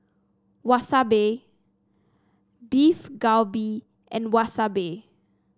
Wasabi Beef Galbi and Wasabi